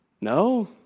No